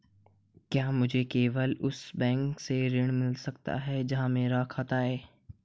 क्या मुझे केवल उसी बैंक से ऋण मिल सकता है जहां मेरा खाता है?